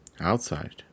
Outside